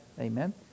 amen